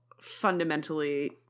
fundamentally